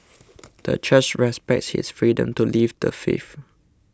the church respects his freedom to leave the faith